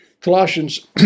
Colossians